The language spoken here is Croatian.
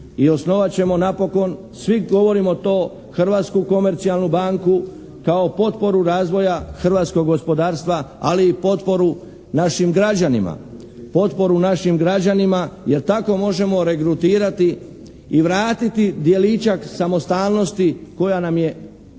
i osnovat ćemo napokon svi govorimo to, hrvatsku komercijalnu banku kao potporu razvoja hrvatskog gospodarstva, ali i potporu našim građanima. Potporu našim građanima, jer tako možemo regrutirati i vratiti djeličak samostalnosti koja nam je